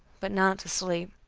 but not to sleep.